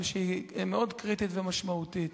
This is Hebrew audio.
אבל מאוד קריטית ומשמעותית.